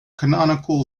canonical